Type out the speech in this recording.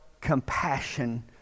compassion